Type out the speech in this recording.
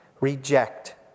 reject